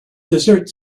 dessert